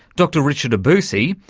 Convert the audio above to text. dr richard obousy,